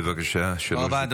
תודה רבה.